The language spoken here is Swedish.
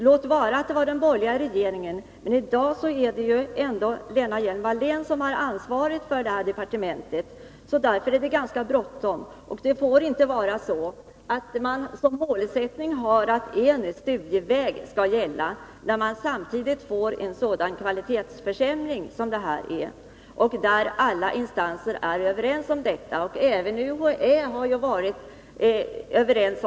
Låt vara att det var den borgerliga regeringen som fattade beslut då, men i dag är det Lena Hjelm-Wallén som har ansvaret för detta departement. Det är alltså bråttom. Man får inte genomföra en förändring av en studieväg som samtidigt innebär en kvalitetsförsämring av den typ som det här är fråga om. Alla instanser är överens om detta — bl.a. delar även UHÄ denna synpunkt.